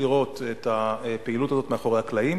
לראות את הפעילות הזאת מאחורי הקלעים.